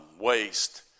waste